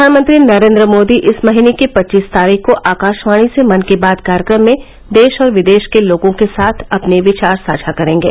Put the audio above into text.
प्रधानमंत्री नरेंद्र मोदी इस महीने की पच्चीस तारीख को आकाशवाणी से मन की बात कार्यक्रम में देश और विदेश के लोगों के साथ अपने विचार साझा करेंगे